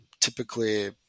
typically